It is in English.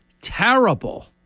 terrible